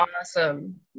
awesome